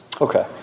Okay